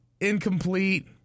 incomplete